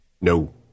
No